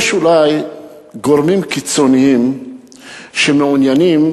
יש אולי גורמים קיצוניים שמעוניינים